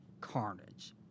Carnage